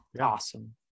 Awesome